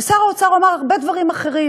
ושר האוצר אמר הרבה דברים אחרים,